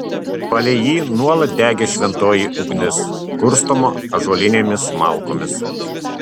palei jį nuolat degė šventoji ugnis kurstoma ąžuolinėmis malkomis